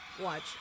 Watch